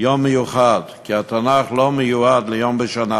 יום מיוחד, כי התנ"ך לא מיועד ליום בשנה,